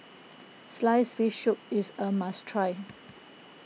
Sliced Fish Soup is a must try